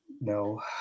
no